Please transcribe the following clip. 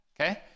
okay